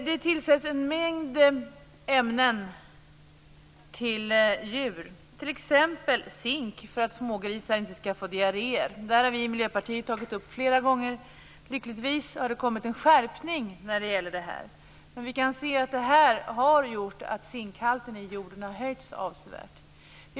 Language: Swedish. Det tillsätts en mängd ämnen i djurs foder, t.ex. zink för att smågrisar inte skall få diaréer. Detta har vi i Miljöpartiet tagit upp flera gånger. Lyckligtvis har det kommit en skärpning när det gäller detta. Zinkhalten i jorden har höjts avsevärt.